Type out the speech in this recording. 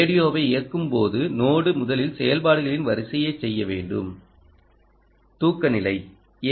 ரேடியோவை இயக்கும் போது நோடு முதலில் செயல்பாடுகளின் வரிசையைச் செய்ய வேண்டும் தூக்க நிலை a